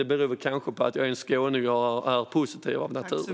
Det beror kanske på att jag är skåning och positiv av naturen.